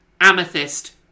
Amethyst